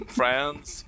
friends